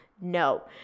no